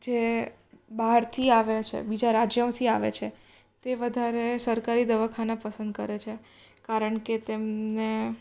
જે બહારથી આવે છે બીજા રાજ્યોથી આવે છે તે વધારે સરકારી દવાખાના પસંદ કરે છે કારણ કે તેમને